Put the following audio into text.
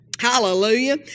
Hallelujah